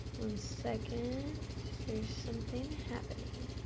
one second there is something happening